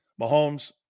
Mahomes